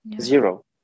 zero